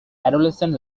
adolescent